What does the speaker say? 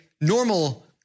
normal